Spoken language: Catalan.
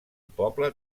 poble